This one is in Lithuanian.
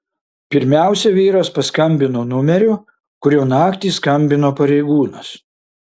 pirmiausia vyras paskambino numeriu kuriuo naktį skambino pareigūnas